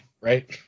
right